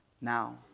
Now